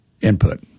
input